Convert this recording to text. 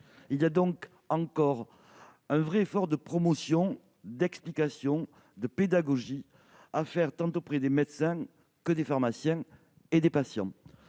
Il y a encore un vrai effort de promotion, d'explication et de pédagogie à faire tant auprès des médecins que des pharmaciens et des patients.